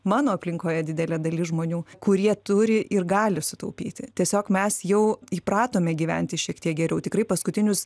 mano aplinkoje didelė dalis žmonių kurie turi ir gali sutaupyti tiesiog mes jau įpratome gyventi šiek tiek geriau tikrai paskutinius